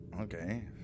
Okay